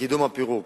לקידום הפירוק.